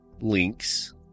links